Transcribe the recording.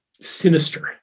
sinister